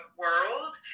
world